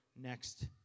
next